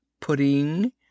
pudding